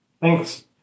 Thanks